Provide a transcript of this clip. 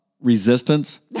resistance